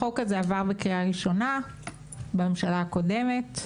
החוק הזה עבר בקריאה ראשונה בממשלה הקודמת.